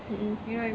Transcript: mm mm